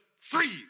freeze